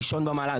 ראשון במעלה.